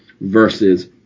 versus